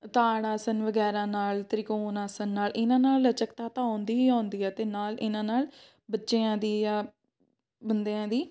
ਤਾੜ ਆਸਨ ਵਗੈਰਾ ਨਾਲ ਤ੍ਰਿਕੋਣ ਆਸਨ ਨਾਲ ਇਹਨਾਂ ਨਾਲ ਲਚਕਤਾ ਤਾਂ ਆਉਂਦੀ ਹੀ ਆਉਂਦੀ ਹੈ ਅਤੇ ਨਾਲ ਇਹਨਾਂ ਨਾਲ ਬੱਚਿਆਂ ਦੀ ਜਾਂ ਬੰਦਿਆਂ ਦੀ